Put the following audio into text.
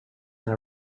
and